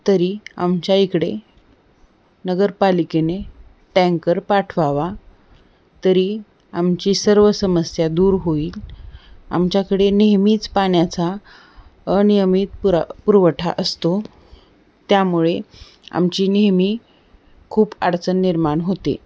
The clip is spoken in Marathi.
तरी आमच्या इकडे नगरपालिकेने टँकर पाठवावा तरी आमची सर्व समस्या दूर होईल आमच्याकडे नेहमीच पाण्याचा अनियमित पुरा पुरवठा असतो त्यामुळे आमची नेहमी खूप अडचण निर्माण होते